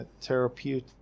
therapeutic